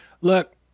Look